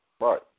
Right